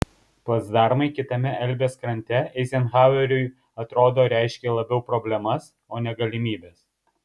placdarmai kitame elbės krante eizenhaueriui atrodo reiškė labiau problemas o ne galimybes